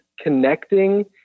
connecting